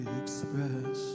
express